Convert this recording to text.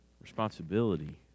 responsibility